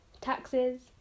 taxes